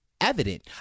evident